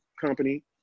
company